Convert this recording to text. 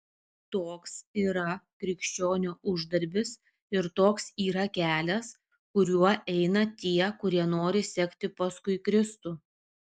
toks yra krikščionio uždarbis ir toks yra kelias kuriuo eina tie kurie nori sekti paskui kristų